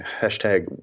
hashtag